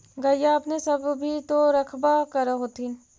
गईया अपने सब भी तो रखबा कर होत्थिन?